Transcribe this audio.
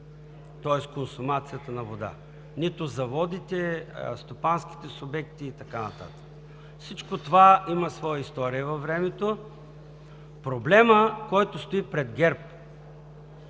тоест консумацията на вода, нито заводите, стопанските субекти и така нататък. Всичко това има своя история във времето. Проблемът, който стои пред ГЕРБ,